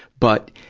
but,